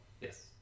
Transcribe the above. Yes